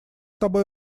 тобой